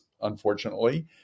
unfortunately